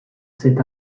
cet